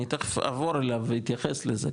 אני תיכף אעבור עליו ואתייחס לזה.